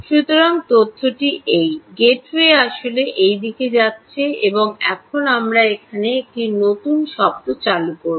সুতরাং তথ্যটি এই গেটওয়ে আসলে এই দিকে যাচ্ছে এবং এখন আমরা এখানে একটি নতুন শব্দটি চালু করব